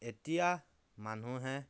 এতিয়া মানুহে